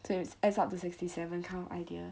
so it adds up to sixty seven kind of idea